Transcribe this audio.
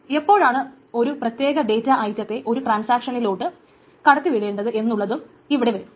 എപ്പോഴാണ് ഒരു പ്രത്യേക ഡേറ്റ ഐറ്റത്തെ ഒരു ട്രാൻസാക്ഷണലിലോട്ട് കടത്തി വിടേണ്ടത് എന്നുള്ളതും ഇവിടെ വരും